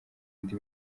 indi